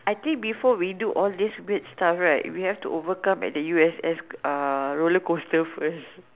I think before we do all this weird stuff right we have to overcome at the U_S_S roller coaster first